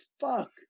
fuck